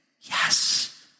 Yes